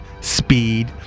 speed